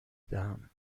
دهم